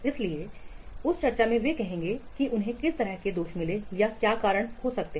इसलिए उस चर्चा में वे कहेंगे कि उन्हें किस तरह के दोष मिले हैं या क्या कारण हो सकते हैं